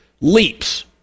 leaps